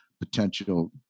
potential